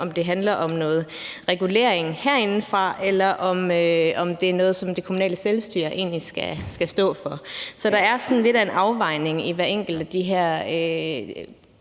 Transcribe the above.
om det handler om noget regulering herindefra, eller om det er noget, som det kommunale selvstyre egentlig skal stå for. Så der er sådan lidt af en afvejning i hvert enkelt af de her